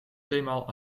tweemaal